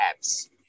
apps